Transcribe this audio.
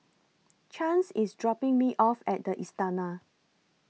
Chance IS dropping Me off At The Istana